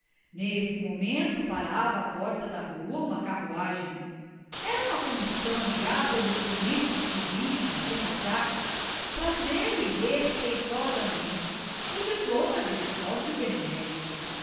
nesse momento parava à porta da rua uma carruagem era uma comissão de abolicionistas que vinha de casaca trazer-lhe respeitosamente o diploma de sócio benemérito